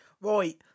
Right